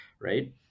Right